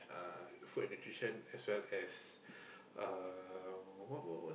uh food and nutrition as well as uh what what what's that